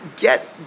get